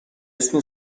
اسم